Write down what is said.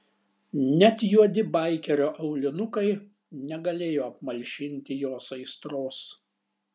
net juodi baikerio aulinukai negalėjo apmalšinti jos aistros